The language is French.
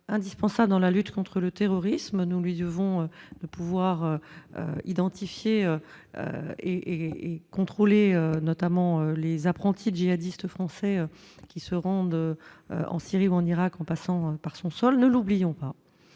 indispensable dans la lutte contre le terrorisme, nous lui devons pouvoir identifier et notamment les apprentis djihadistes français qui se rendent en Syrie ou en Irak, en passant par son sol, ne l'oublions pas